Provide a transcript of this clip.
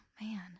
man